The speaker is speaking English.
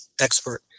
expert